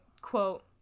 quote